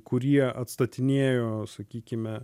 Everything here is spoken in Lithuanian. kurie atstatinėjo sakykime